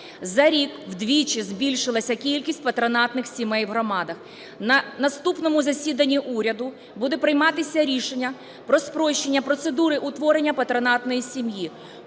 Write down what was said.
За рік вдвічі збільшилася кількість патронатних сімей в громадах, на наступному засіданні уряду буде прийматися рішення про спрощення процедури утворення патронатної сім'ї.